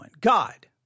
God